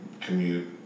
commute